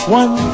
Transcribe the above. one